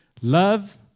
Love